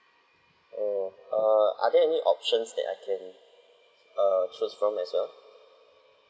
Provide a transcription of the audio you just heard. oh err are there any options that I can err choose from as well